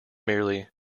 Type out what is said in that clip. merely